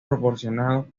proporcionados